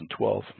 2012